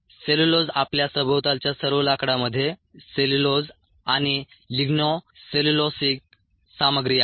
cellulose आपल्या सभोवतालच्या सर्व लाकडामध्ये सेल्युलोज आणि लिग्नो सेल्युलोसिक सामग्री आहे